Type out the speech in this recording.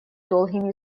долгими